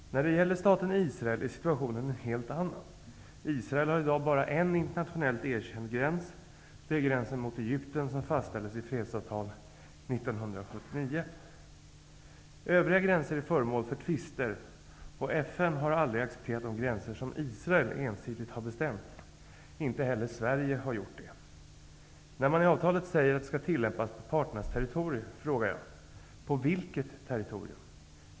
När det gäller staten Israel är situtationen en helt annan. Israel har i dag bara en internationellt erkänd gräns. Det är gränsen mot Egypten, som fastställdes i fredsavtal 1979. Övriga gränser är föremål för tvister, och FN har aldrig accepterat de gränser som Israel ensidigt bestämt. Inte heller Sverige har gjort det. När man i avtalet säger att det skall tillämpas på parternas territorier, frågar jag: På vilket territorium?